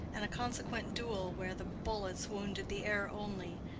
and a consequent duel where the bullets wounded the air only,